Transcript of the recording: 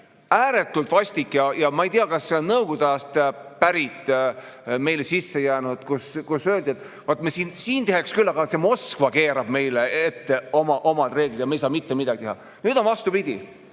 ääretult vastik asi. Ma ei tea, kas see on Nõukogude ajast pärit ja meile sisse jäänud. Siis öeldi, et siin teeks küll, aga vaat see Moskva keerab meile ette omad reeglid ja me ei saa mitte midagi teha. Nüüd on vastupidi: